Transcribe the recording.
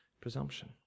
presumption